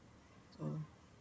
oh